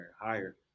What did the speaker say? higher